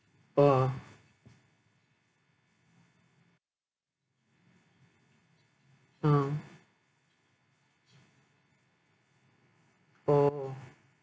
oh mm oh